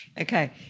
Okay